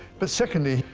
but secondly,